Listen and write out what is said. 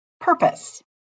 Purpose